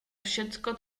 všecko